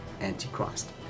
antichrist